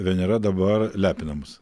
venera dabar lepina mus